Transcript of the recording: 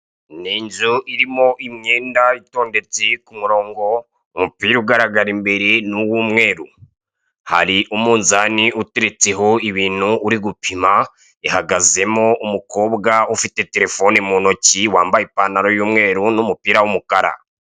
Ni inzu irimo imyenda itondetse ku murongo umupira ugaragara imbere n'uw'umweru hari umunzani uturiretseho ibintu uri gupima ihagazemo umukobwa ufite telefone mu ntoki wambaye ipantaro yumweru n'umupira w'umukara